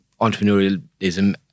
entrepreneurialism